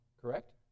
Correct